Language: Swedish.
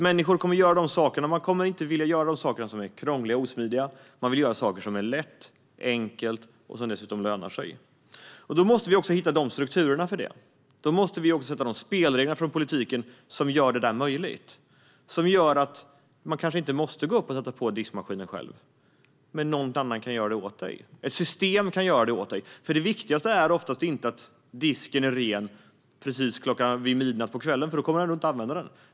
Människor kommer inte att vilja göra saker som är krångliga och osmidiga. Man vill göra saker som är lätta och enkla och dessutom lönar sig. Då måste vi också hitta strukturerna för det. Vi måste sätta spelregler från politiken som gör det där möjligt. Man kanske inte måste gå upp och sätta på diskmaskinen själv. Någon annan kan göra det åt dig - ett system kan göra det åt dig. Det viktigaste är oftast inte att disken är ren precis vid midnatt, för då kommer man ändå inte att använda den.